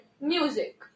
music